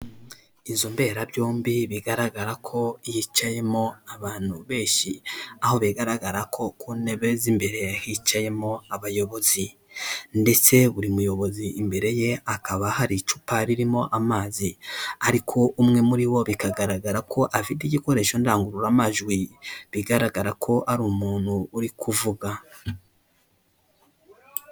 Inzu mberabyombi bigaragara ko yicayemo abantu benshi aho bigaragara ko ku ntebe z'imbere hicayemo abayobozi, ndetse buri muyobozi imbere ye akaba hari icupa ririmo amazi ariko umwe muri bo bikagaragara ko afite igikoresho ndangururamajwi bigaragara ko ari umuntu uri kuvuga.